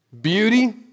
beauty